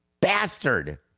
bastard